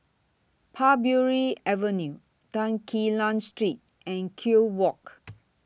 Parbury Avenue Tan Quee Lan Street and Kew Walk